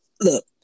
look